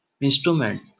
instrument